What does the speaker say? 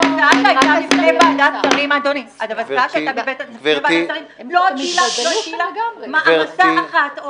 ההצעה שהייתה בפני ועדת השרים לא הטילה מעמסה אחת או